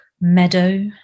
meadow